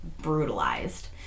brutalized